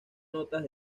notas